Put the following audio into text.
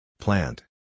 Plant